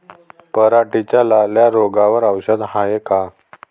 पराटीच्या लाल्या रोगावर औषध हाये का?